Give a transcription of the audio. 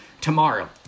tomorrow